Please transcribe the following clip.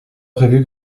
prévu